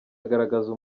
agaragaza